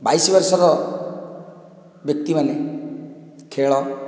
ବାଇଶ ବର୍ଷର ବ୍ୟକ୍ତିମାନେ ଖେଳ